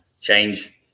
change